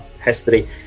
history